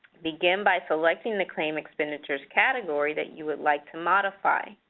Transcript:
begin by selecting the claim expenditures category that you would like to modify.